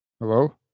Hello